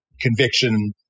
conviction